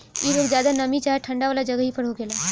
इ रोग ज्यादा नमी चाहे ठंडा वाला जगही पर होखेला